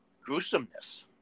gruesomeness